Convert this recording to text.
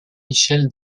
michel